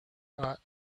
got